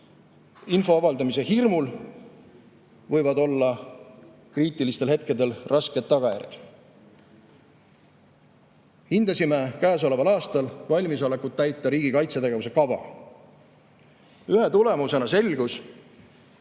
Info avaldamise hirmul võivad olla kriitilistel hetkedel rasked tagajärjed. Hindasime käesoleval aastal valmisolekut täita riigi kaitsetegevuse kava. Ühe tulemusena selgus,